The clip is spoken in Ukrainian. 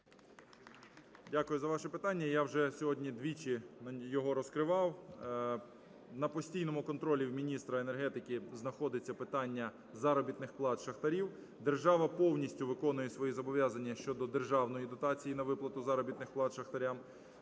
Дякую за ваше питання. Я вже сьогодні двічі його розкривав. На постійному контролі в міністра енергетики знаходиться питання заробітних плат шахтарів. Держава повністю виконує свої зобов'язання щодо державної дотації на виплату заробітних плат шахтарям.